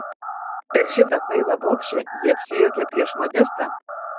per šitą kvailą bobšę ji apsijuokė prieš modestą